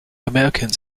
americans